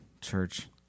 Church